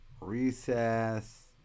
Recess